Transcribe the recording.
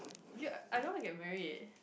actually I don't wanna get married